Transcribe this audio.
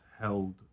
held